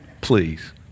Please